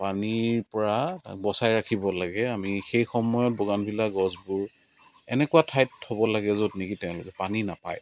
পানীৰ পৰা বচাই ৰাখিব লাগে আমি সেই সময়ত বগানভিলা গছবোৰ এনেকুৱা ঠাইত থ'ব লাগে য'ত নেকি তেওঁলোকে পানী নাপায়